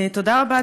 תודה רבה.